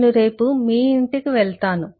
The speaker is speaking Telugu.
నేను రేపు మీ ఇంటికి వెళ్తాను